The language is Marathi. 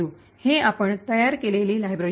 हे आपण तयार केलेली लायब्ररी आहे